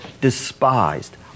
despised